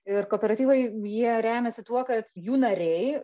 ir kooperatyvai jie remiasi tuo kad jų nariai